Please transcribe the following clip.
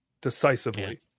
decisively